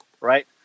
right